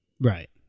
Right